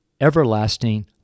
everlasting